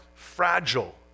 fragile